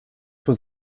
was